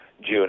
June